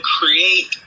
create